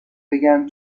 began